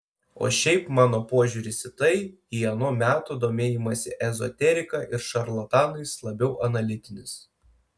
o šiaip mano požiūris į tai į ano meto domėjimąsi ezoterika ir šarlatanais labiau analitinis